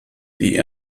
die